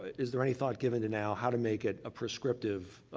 is there any thought given to, now, how to make it a prescriptive,